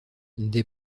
des